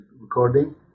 recording